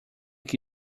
que